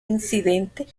incidente